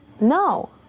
No